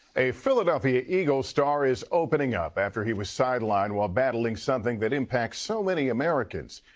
a philadelphia eagles star is opening up after he was sidelined while battling something that impacts so many americans.